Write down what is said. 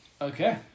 Okay